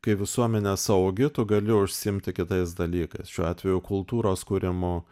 kai visuomenė saugi tu gali užsiimti kitais dalykais šiuo atveju kultūros kūrimu